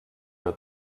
nur